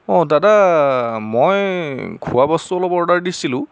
অঁ দাদা মই খোৱা বস্তু অলপ অৰ্ডাৰ দিছিলোঁ